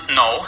no